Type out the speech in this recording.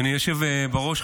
אדוני היושב בראש,